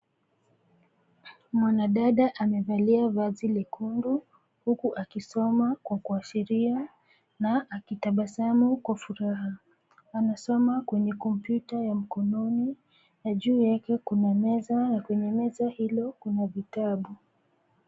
Mwanadada amevalia vazi lekundu huku akisoma kwa kuashiria, na akitabasamu kwa furaha. Anasoma kwenye kompyuta ya mkononi, na juu yake kuna meza, na kwenye meza hilo kuna vitabu.